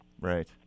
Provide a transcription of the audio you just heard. Right